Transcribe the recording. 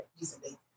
recently